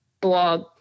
blog